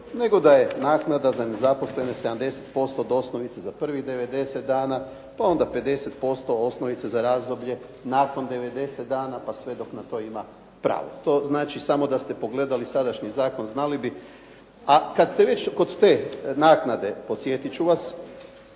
nego da je naknada za nezaposlene 70% od osnovice za prvih 90 dana, pa onda 50% osnovice za razdoblje nakon 90 dana pa sve dok na to ima pravo. To znači samo da ste pogledali sadašnji zakon, znali bi. A kad ste već kod te naknade, podsjetit ću vas